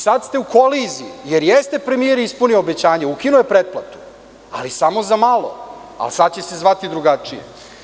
Sada ste u koliziji, jer premijer jeste ispunio obećanje ukinuo je pretplatu, ali samo za malo i sada će se zvati drugačije.